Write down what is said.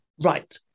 Right